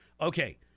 Okay